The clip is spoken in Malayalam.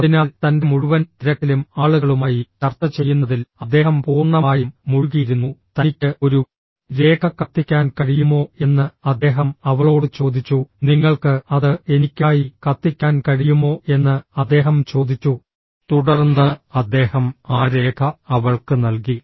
അതിനാൽ തന്റെ മുഴുവൻ തിരക്കിലും ആളുകളുമായി ചർച്ച ചെയ്യുന്നതിൽ അദ്ദേഹം പൂർണ്ണമായും മുഴുകിയിരുന്നു തനിക്ക് ഒരു രേഖ കത്തിക്കാൻ കഴിയുമോ എന്ന് അദ്ദേഹം അവളോട് ചോദിച്ചു നിങ്ങൾക്ക് അത് എനിക്കായി കത്തിക്കാൻ കഴിയുമോ എന്ന് അദ്ദേഹം ചോദിച്ചു തുടർന്ന് അദ്ദേഹം ആ രേഖ അവൾക്ക് നൽകി